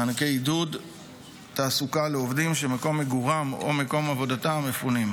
מענקי עידוד תעסוקה לעובדים שמקום מגורם או מקום עבודתם מפונים,